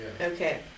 Okay